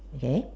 okay